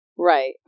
Right